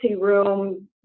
room